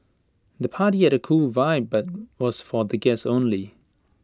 the party had A cool vibe but was for the guests only